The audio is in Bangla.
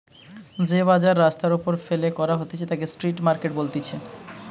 যে বাজার রাস্তার ওপরে ফেলে করা হতিছে তাকে স্ট্রিট মার্কেট বলতিছে